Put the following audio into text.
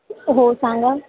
हो सांगा